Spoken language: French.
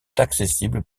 accessibles